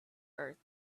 earth